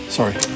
Sorry